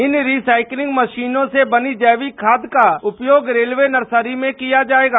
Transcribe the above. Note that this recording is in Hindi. इन रीसाइक्लिंग मशीनों से बनी जैविक खाद का उपयोग रेलवे नर्सरी में किया जायेगा